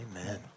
Amen